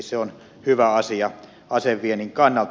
se on hyvä asia aseviennin kannalta